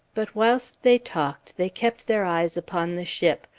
but whilst they talked they kept their eyes upon the ship,